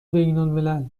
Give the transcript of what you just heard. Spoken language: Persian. بینالملل